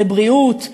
לבריאות,